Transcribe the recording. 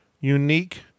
unique